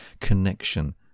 connection